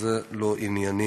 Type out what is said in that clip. זה לא ענייני.